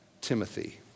Timothy